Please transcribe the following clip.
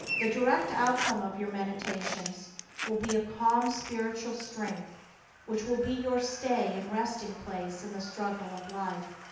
the direct outcome of your meditations will be a calm, spiritual strength which will be your stay and resting-place in the struggle of life.